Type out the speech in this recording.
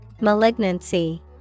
Malignancy